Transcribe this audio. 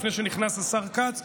לפני שנכנס השר כץ,